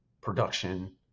production